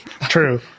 true